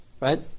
right